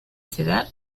cedar